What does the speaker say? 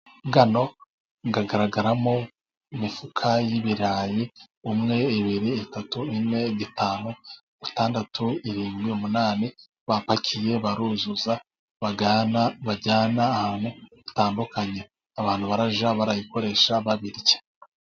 Hano hagaragaramo imifuka y'ibirayi umwe, ibibiri, itatu, ine, itanu, itandatu, irindwi, umunani, vbapakiye baruzuza bajyana ahantu hatandukanye, abantu barajya barayikoresha babirya.